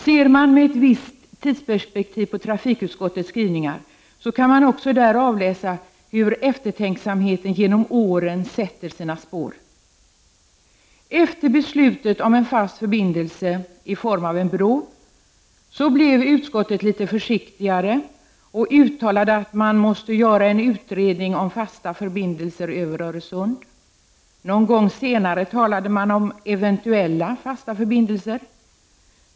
Ser man med ett visst tidsperspektiv på trafikutskottets skrivningar, så kan man också där avläsa hur eftertänksamheten genom åren sätter sina spår. Efter beslutet om en fast förbindelse i form av en bro blev utskottet litet försiktigare och uttalade att man måste göra en utredning om fasta förbindelser över Öresund. Någon gång senare talade man om eventuella fasta förbindelser.